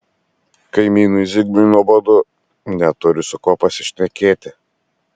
kaimynui zigmui nuobodu neturi su kuo pasišnekėti